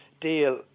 deal